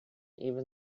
even